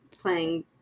playing